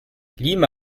lima